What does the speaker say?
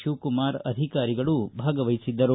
ಶಿವಕುಮಾರ್ ಅಧಿಕಾರಿಗಳು ಭಾಗವಹಿಸಿದ್ದರು